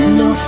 no